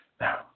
Now